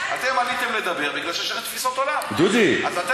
די, נו.